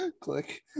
Click